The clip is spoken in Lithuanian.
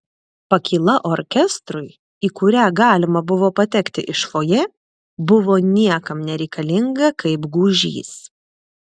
pakyla orkestrui į kurią galima buvo patekti iš fojė buvo niekam nereikalinga kaip gūžys